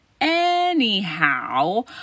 anyhow